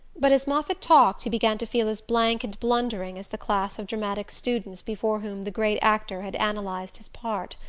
but as moffatt talked he began to feel as blank and blundering as the class of dramatic students before whom the great actor had analyzed his part.